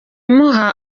imuha